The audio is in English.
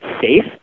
safe